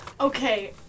Okay